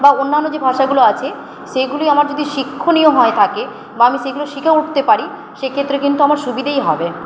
বা অন্যান্য যে ভাষাগুলো আছে সেইগুলি আমার যদি শিক্ষণীয় হয়ে থাকে বা আমি সেগুলো শিখে উঠতে পারি সেক্ষেত্রে কিন্তু আমার সুবিধেই হবে